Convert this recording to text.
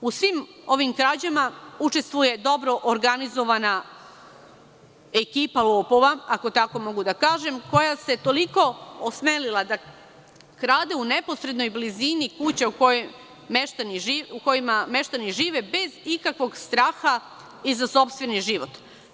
U svim ovim krađama učestvuje dobro organizovana ekipa lopova, ako tako mogu da kažem, koja se toliko osmelila da krade u neposrednoj blizini kuća u kojima meštani žive, bez ikakvog straha i za sopstveni život.